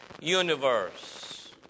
universe